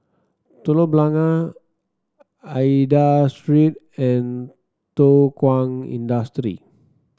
Telok Blangah Aida Street and Thow Kwang Industry